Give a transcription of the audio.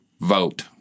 Vote